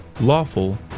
Lawful